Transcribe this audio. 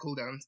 cooldowns